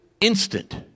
instant